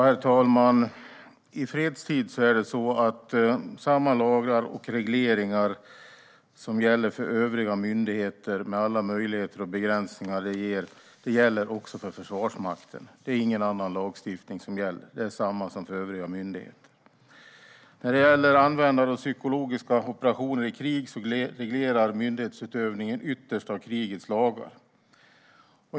Herr talman! I fredstid är det så att samma lagar och regleringar som gäller för övriga myndigheter, med alla möjligheter och begränsningar, också gäller för Försvarsmakten. Det är ingen annan lagstiftning som gäller, utan det är samma som för övriga myndigheter. När det gäller användande av psykologiska operationer i krig regleras myndighetsutövningen ytterst av krigets lagar.